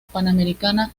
panamericana